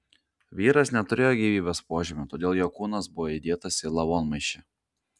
vyras neturėjo gyvybės požymių todėl jo kūnas buvo įdėtas į lavonmaišį